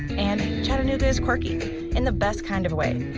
and chattanooga is quirky in the best kind of way.